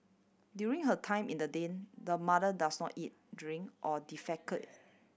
during her time in the den the mother does not eat drink or defecate